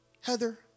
Heather